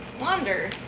wander